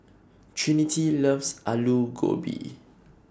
Trinity loves Alu Gobi